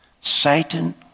Satan